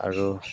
আৰু